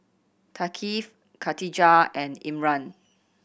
Thaqif Katijah and Imran